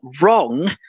wrong